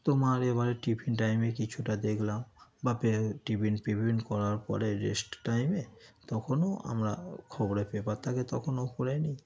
তোমার এবারে টিফিন টাইমে কিছুটা দেখলাম বা টিফিন পিফিন করার পরে রেস্ট টাইমে তখনও আমরা খবরের পেপার থাকে তখনও পড়ে নিই